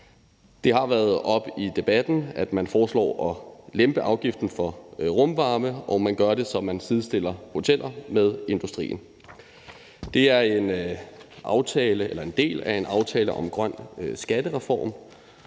Det har været oppe i debatten, at man foreslår at lempe afgiften for rumvarme, og at man gør det sådan, at man sidestiller hoteller med industrien. Det er en del af aftalen om en grøn skattereform,